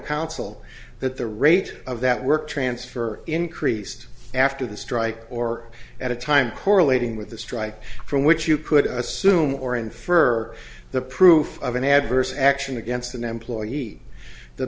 counsel that the rate of that work transfer increased after the strike or at a time correlating with the strike from which you could assume or infer the proof of an adverse action against an employee the